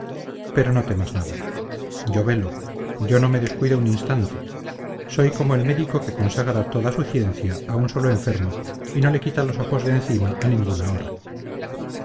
pero no temas nada yo velo yo no me descuido un instante soy como el médico que consagra toda su ciencia a un solo enfermo y no le quita los ojos de encima a ninguna hora